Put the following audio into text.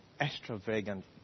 extravagant